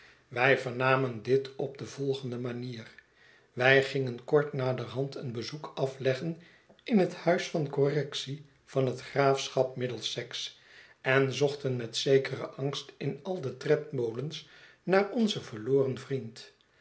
wij vernamen dit op de volgende manier wij gingen kort naderhand een bezoek afleggen in het huis van correctie van het graafschap middlesex en zochten met zekeren angst in al de tredmolens naar onzen verloren vriend